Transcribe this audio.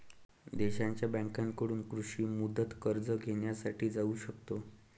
देशांच्या बँकांकडून कृषी मुदत कर्ज घेण्यासाठी जाऊ शकतो